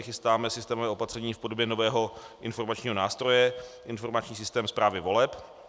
Chystáme systémové opatření v podobě nového informačního nástroje informační systém správy voleb.